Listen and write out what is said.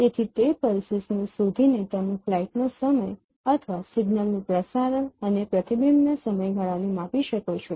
તેથી તે પલ્સીસ્ ને શોધીને તમે ફ્લાઇટનો સમય અથવા સિગ્નલનું પ્રસારણ અને પ્રતિબિંબના સમયગાળાને માપી શકો છો